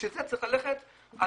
בשביל זה צריך ללכת על